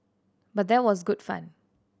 but that was good fun